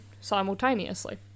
simultaneously